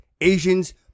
Asians